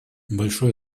большое